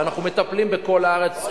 ואנחנו מטפלים בכל הארץ.